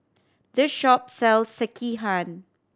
this shop sells Sekihan